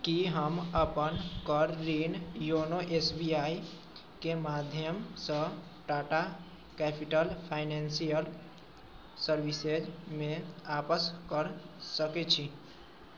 की हम अपन कर ऋण योनो एस बी आइ के माध्यमसँ टाटा कैपिटल फाइनेंशियल सर्विसेजमे आपस कर सकै छी